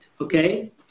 Okay